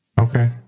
Okay